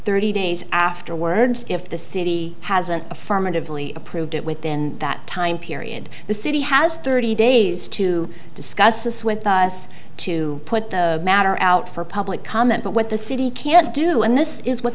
thirty days afterwards if the city has an affirmatively approved it within that time period the city has thirty days to discuss this with us to put the matter out for public comment but what the city can't do and this is what